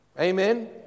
Amen